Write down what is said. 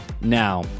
now